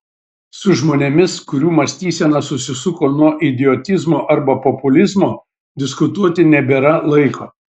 su žmonėmis kurių mąstysena susisuko nuo idiotizmo arba populizmo diskutuoti nebėra laiko